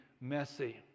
messy